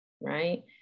right